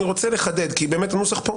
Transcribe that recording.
אני רוצה לחדד כי הנוסח כאן,